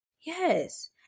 Yes